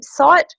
website